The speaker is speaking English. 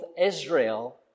Israel